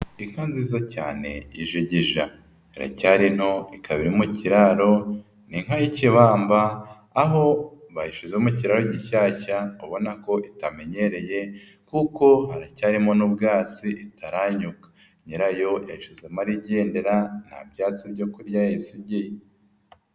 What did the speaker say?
Inka nziza cyane y'ijigija iracyari nto, ikaba irimo ikiraro, n'inka y'ikibamba, aho bayishize mu kiraro gishyashya, ubona ko itamenyereye kuko haracyarimo n'ubwatsi itaranyuka, nyirayo yayishyizemo ari igendera, nta byatsi byo kurya yayisigiye.